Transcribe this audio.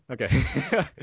Okay